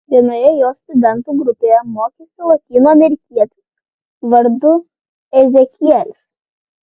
vienoje jo studentų grupėje mokėsi lotynų amerikietis vardu ezekielis